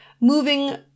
moving